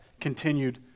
continued